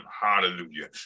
Hallelujah